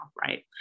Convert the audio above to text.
right